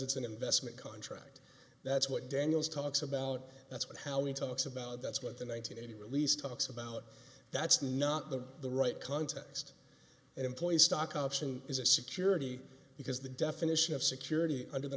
it's an investment contract that's what daniels talks about that's what how he talks about that's what the nine hundred eighty release talks about that's not the the right context and employee stock option is a security because the definition of security under the